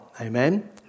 Amen